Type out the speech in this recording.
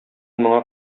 моңа